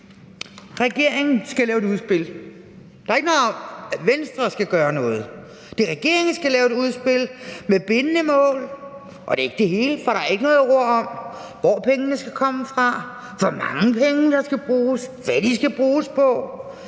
Regeringen skal lave et udspil. Der er ikke noget om, at Venstre skal gøre noget. Det er regeringen, der skal lave et udspil med bindende mål, og det er ikke det hele, for der er ikke noget ord om, hvor pengene skal komme fra, hvor mange penge der skal bruges, hvad de skal bruges på,